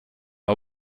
har